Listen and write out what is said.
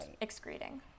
excreting